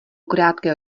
krátké